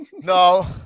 No